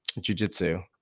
jujitsu